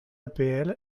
apl